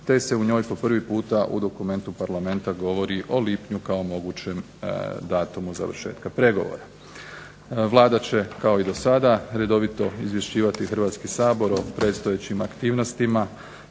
te se u njoj po prvi puta u dokumentu parlamenta govori o lipnju kao mogućem datumu završetka pregovora. Vlada će kao i do sada redovito izvješćivati Hrvatski sabor o predstojećim aktivnosti